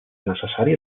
necessari